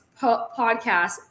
podcast